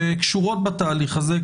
שקשורות בתהליך הזה,